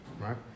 right